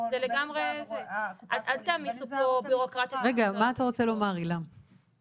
תלוי בסוג הסרטן,